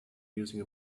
using